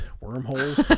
wormholes